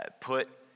put